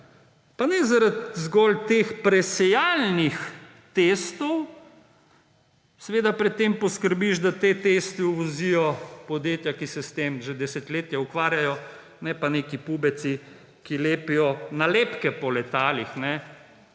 pa ne zaradi zgolj teh presejalnih testov, seveda pred tem poskrbiš, da te teste uvozijo podjetja, ki se s tem že desetletja ukvarjajo, ne pa neki pubeci, ki lepijo nalepke po letalih.